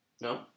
No